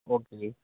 okay